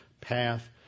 path